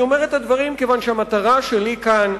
אני אומר את הדברים כיוון שהמטרה שלי כאן,